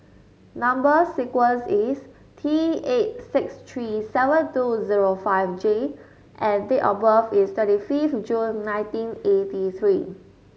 number sequence is T eight six three seven two zero five J and date of birth is twenty fifth June nineteen eighty three